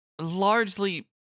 largely